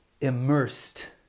immersed